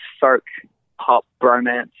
folk-pop-bromance